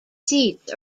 seats